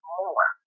more